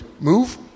move